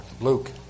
Luke